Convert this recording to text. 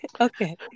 Okay